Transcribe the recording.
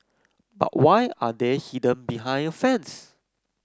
but why are they hidden behind a fence